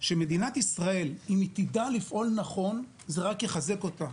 שאם מדינת ישראל תדע לפעול נכון זה רק יחזק אותה.